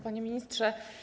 Panie Ministrze!